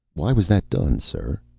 why was that done, sir?